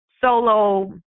solo